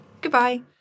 Goodbye